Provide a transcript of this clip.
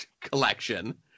collection